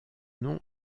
nom